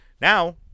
Now